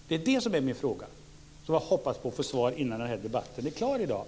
Det är min fråga som jag hoppas få svar på innan debatten här i dag är över.